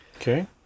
Okay